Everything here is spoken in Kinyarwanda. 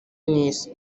n’isi